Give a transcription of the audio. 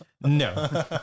no